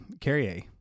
Carrier